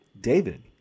David